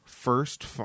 first